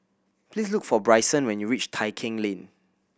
please look for Brycen when you reach Tai Keng Lane